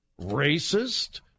racist